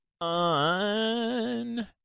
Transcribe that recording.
on